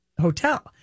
hotel